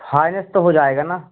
finance तो हो जाएगा न